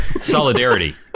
Solidarity